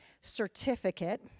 certificate